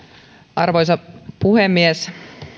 arvoisa puhemies